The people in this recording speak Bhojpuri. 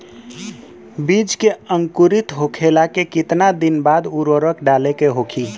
बिज के अंकुरित होखेला के कितना दिन बाद उर्वरक डाले के होखि?